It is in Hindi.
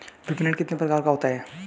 विपणन कितने प्रकार का होता है?